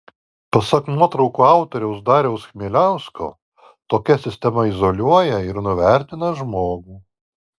pasak nuotraukų autoriaus dariaus chmieliausko tokia sistema izoliuoja ir nuvertina žmogų